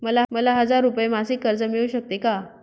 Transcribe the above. मला हजार रुपये मासिक कर्ज मिळू शकते का?